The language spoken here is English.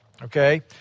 Okay